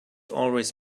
always